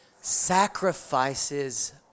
sacrifices